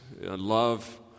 love